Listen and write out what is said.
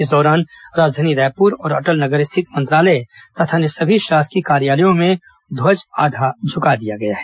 इस दौरान राजधानी रायपुर और अटल नगर स्थित मंत्रालय तथा अन्य सभी शासकीय कार्यालयों में ध्वज आधा झुका दिया गया है